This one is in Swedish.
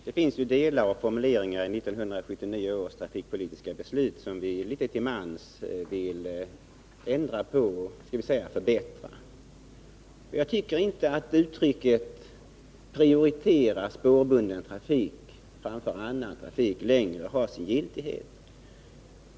Fru talman! Det finns ju delar av och formuleringar i 1979 års trafikpolitiska beslut som vi litet till mans vill ändra på och förbättra. Jag tycker inte att uttrycket ”prioritera spårbunden trafik framför annan trafik” längre har sin giltighet.